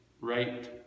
Right